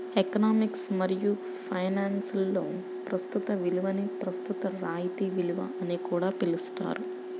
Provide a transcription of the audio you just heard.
economics మరియు ఫైనాన్స్లో ప్రస్తుత విలువని ప్రస్తుత రాయితీ విలువ అని కూడా పిలుస్తారు